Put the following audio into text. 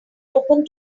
open